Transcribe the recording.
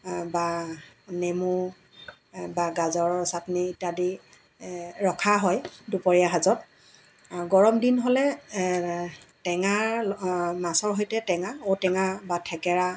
বা নেমু বা গাজৰৰ চাটনি ইত্যাদি ৰখা হয় দুপৰীয়া সাজত গৰমদিন হ'লে টেঙা অঁ মাছৰ সৈতে টেঙা ঔটেঙা বা থেকেৰা